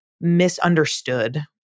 misunderstood